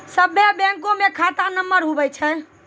सभे बैंकमे खाता नम्बर हुवै छै